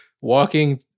walking